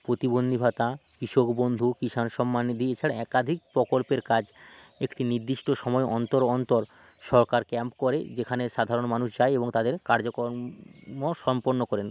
প্রতিবন্ধী ভাতা কৃষক বন্ধু কিষাণ সম্মানিধি এছাড়া একাধিক প্রকল্পের কাজ একটি নির্দিষ্ট সময়ে অন্তর অন্তর সরকার ক্যাম্প করে যেখানে সাধারণ মানুষ যায় এবং তাদের কাজকর্ম সম্পন্ন করেন